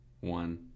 one